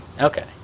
Okay